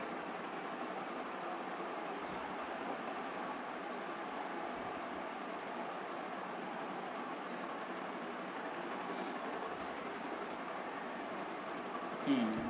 mm